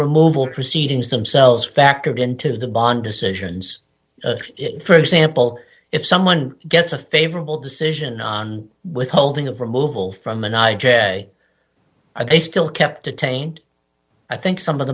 removal proceedings themselves factored into the bond decisions for example if someone gets a favorable decision on withholding of removal from an i j are they still kept detained i think some of